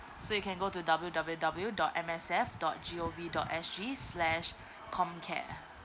so you can go to W W W dot M S F dot G O V dot S G slash comcare